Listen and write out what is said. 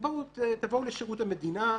תבואו לשירות המדינה,